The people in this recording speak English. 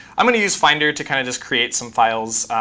i'm going to use finder to kind of just create some files.